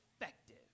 effective